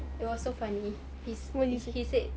it was so funny he s~ he said